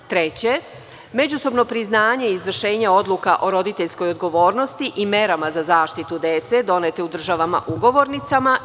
Treće, međusobno priznanje izvršenja odluka o roditeljskoj odgovornosti i merama za zaštitu dece donete u državama ugovornicama.